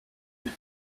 edit